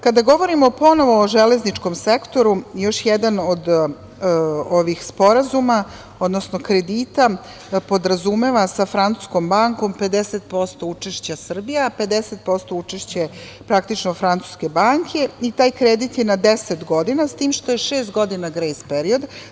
Kada govorimo ponovo o železničkom sektoru, još jedan od ovih sporazuma, odnosno kredita, podrazumeva sa Francuskom bankom 50% učešća Srbija, a 50% učešće praktično, francuske banke, i taj kredit je na 10 godina, s tim što je šest godina grejs period.